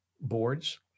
boards